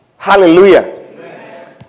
Hallelujah